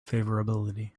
favorability